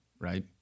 right